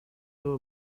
know